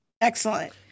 Excellent